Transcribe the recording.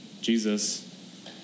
Jesus